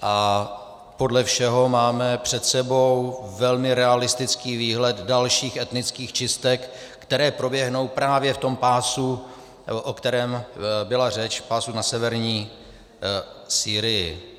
A podle všeho máme před sebou velmi realistický výhled dalších etnických čistek, které proběhnou právě v tom pásu, o kterém byla řeč, v pásu na severní Sýrii.